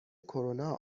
کرونا